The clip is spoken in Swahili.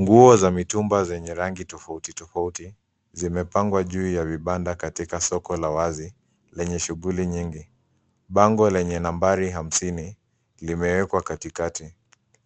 Nguo za mitumba zenye rangi tofauti tofauti, zimepangwa juu ya vibanda katika soko la wazi lenye shughuli nyingi. Bango lenye nambari hamsini limewekwa katikati